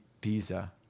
Pisa